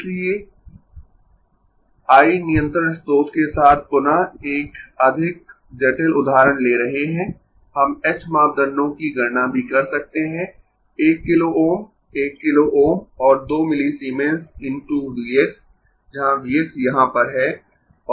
इसलिए I नियंत्रण स्रोत के साथ पुनः एक अधिक जटिल उदाहरण ले रहे हैं हम h मापदंडों की गणना भी कर सकते है 1 किलो Ω 1 किलो Ω और 2 मिलीसीमेंस × V x जहां V x यहाँ पर है